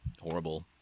horrible